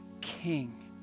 King